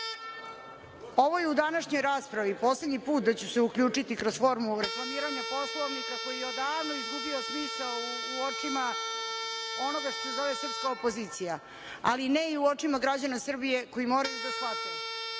Ovo je u današnjoj raspravi poslednji put da ću se uključiti kroz formu reklamiranja Poslovnika koji je odavno izgubio smisao u očima onoga što se zove srpska opozicija, ali ne i u očima građana Srbije koji moraju da shvate